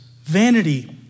vanity